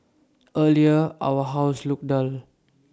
earlier our house looked dull